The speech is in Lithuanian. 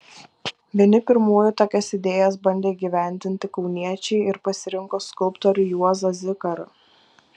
vieni pirmųjų tokias idėjas bandė įgyvendinti kauniečiai ir pasirinko skulptorių juozą zikarą